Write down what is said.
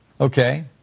Okay